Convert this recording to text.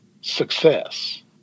success